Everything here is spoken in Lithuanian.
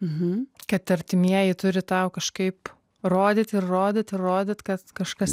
uhu kad artimieji turi tau kažkaip rodyt ir rodyt ir rodyt kad kažkas